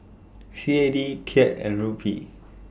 C A D Kyat and Rupee